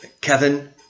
Kevin